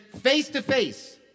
face-to-face